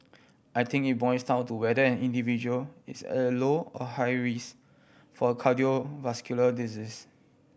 I think it boils down to whether an individual is at low or high risk for cardiovascular disease